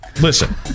listen